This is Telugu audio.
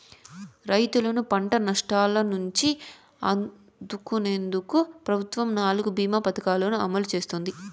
రైతులను పంట నష్టాల నుంచి ఆదుకునేందుకు ప్రభుత్వం నాలుగు భీమ పథకాలను అమలు చేస్తోంది